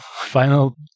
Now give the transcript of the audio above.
final